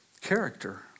character